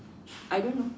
I don't know